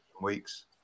weeks